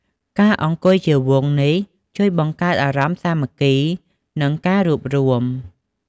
ការអង្គុយជាវង់នេះជួយបង្កើនអារម្មណ៍សាមគ្គីភាព និងការរួបរួម។